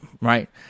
right